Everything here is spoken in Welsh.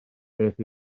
beth